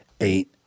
eight